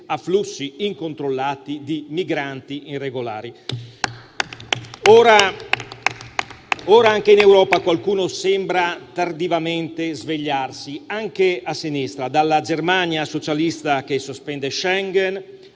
a flussi incontrollati di migranti irregolari. Ora anche in Europa qualcuno sembra tardivamente svegliarsi, anche a sinistra; dalla Germania socialista, che sospende Schengen,